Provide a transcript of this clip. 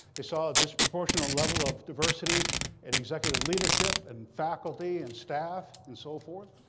they saw a disproportional level of diversity in executive leadership and faculty and staff and so forth.